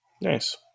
nice